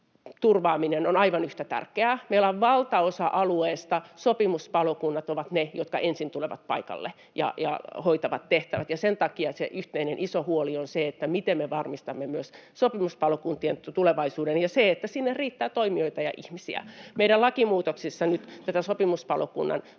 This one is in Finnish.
turvaaminen on aivan yhtä tärkeää. Meillä on valtaosa alueista sellaisia, että sopimuspalokunnat ovat ne, jotka ensin tulevat paikalle ja hoitavat tehtävät, ja sen takia se yhteinen iso huoli on se, miten me varmistamme myös sopimuspalokuntien tulevaisuuden ja sen, että sinne riittää toimijoita ja ihmisiä. Meidän lakimuutoksissa nyt tätä sopimuspalokunnan